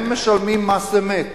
הם משלמים מס אמת.